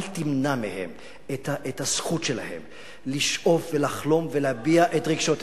אל תמנע מהם את הזכות שלהם לשאוף ולחלום ולהביע את רגשותיהם.